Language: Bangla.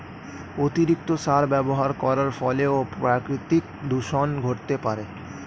অতিরিক্ত সার ব্যবহার করার ফলেও প্রাকৃতিক দূষন ঘটতে পারে